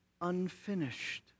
unfinished